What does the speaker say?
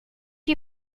you